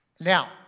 Now